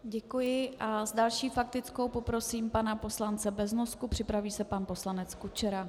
Děkuji a s další faktickou poprosím pana poslance Beznosku, připraví se pan poslanec Kučera.